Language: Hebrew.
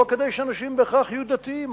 לא כדי שאנשים בהכרח יהיו דתיים,